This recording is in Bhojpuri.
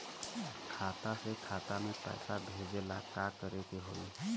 खाता से खाता मे पैसा भेजे ला का करे के होई?